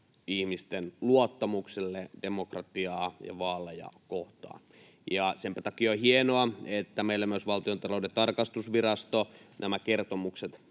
ihmisten luottamukselle demokratiaa ja vaaleja kohtaan. Senpä takia on hienoa, että meille myös Valtiontalouden tarkastusvirasto nämä kertomukset